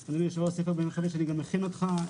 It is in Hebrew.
אני גם מכין אותך,